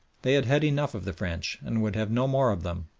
they had had enough of the french, and would have no more of them,